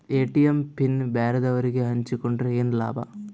ATM PIN ಬ್ಯಾರೆದವರಗೆ ಹಂಚಿಕೊಂಡರೆ ಏನು ಲಾಭ?